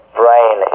brain